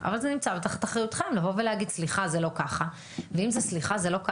לא, זה לא אותו